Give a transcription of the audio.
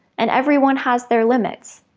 and everyone has their limits!